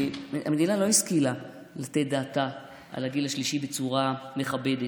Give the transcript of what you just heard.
המדינה לא השכילה לתת את דעתה על הגיל השלישי בצורה מכבדת.